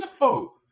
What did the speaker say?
No